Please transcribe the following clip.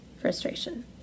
frustration